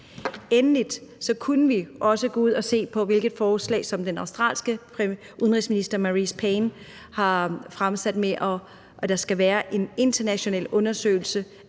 Endelig kunne vi også se på, hvilke forslag som den australske udenrigsminister, Marise Payne, har fremsat om, at der skal være en international undersøgelse